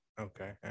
okay